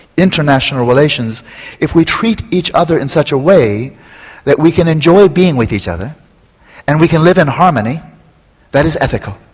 international relations if we treat each other in such a way that we can enjoy being with each other and we can live in harmony that is ethical.